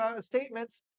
statements